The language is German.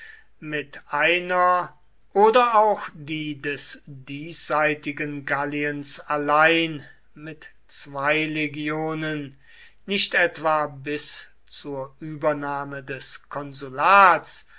mit einer oder auch die des diesseitigen galliens allein mit zwei legionen nicht etwa bis zur übernahme des konsulats